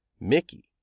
Mickey